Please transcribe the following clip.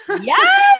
Yes